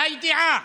הידיעה